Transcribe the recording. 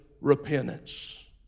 repentance